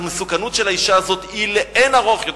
המסוכנות של האשה הזאת היא לאין ערוך יותר